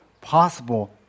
possible